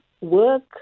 work